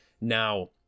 Now